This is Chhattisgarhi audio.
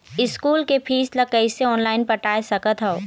स्कूल के फीस ला कैसे ऑनलाइन पटाए सकत हव?